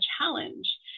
challenge